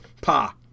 Pa